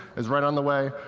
is right on the way.